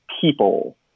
people